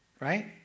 right